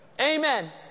Amen